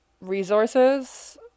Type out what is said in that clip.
resources